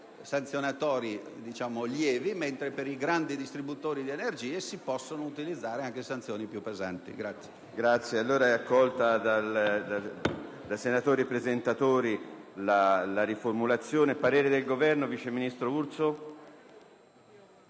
sanzionatori leggeri mentre ai grandi distributori di energia si possono irrogare anche sanzioni più pesanti.